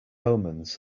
omens